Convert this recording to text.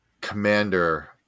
commander